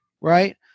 right